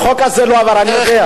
החוק הזה לא עבר, אני יודע.